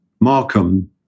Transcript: Markham